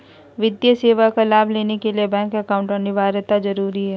वित्तीय सेवा का लाभ लेने के लिए बैंक अकाउंट अनिवार्यता जरूरी है?